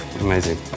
Amazing